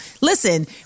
Listen